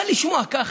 אבל לשמוע ככה?